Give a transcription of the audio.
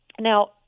now